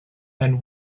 and